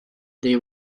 they